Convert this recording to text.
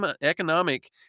Economic